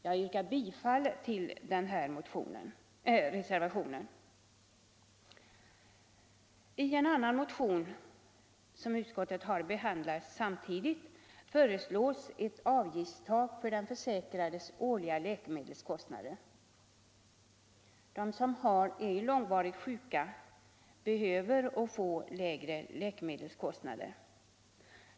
Jag yrkar bifall till denna reservation. I en annan motion, som behandlats samtidigt av utskottet, föreslås ett avgiftstak för den försäkrades årliga läkemedelskostnader. De som är långvarigt sjuka behöver få lägre läkemedelskostnader.